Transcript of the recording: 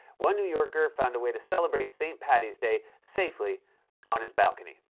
one new yorker found a way to celebrate st. paddy's day safely on his balcony.